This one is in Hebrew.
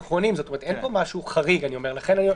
אחרי שהוא בחן את המצב,